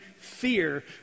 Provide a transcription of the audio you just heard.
Fear